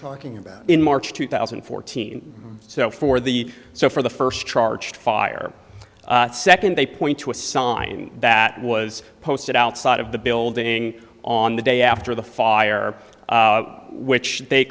talking about in march two thousand and fourteen so for the so for the first charge fire second they point to a sign that was posted outside of the building on the day after the fire which they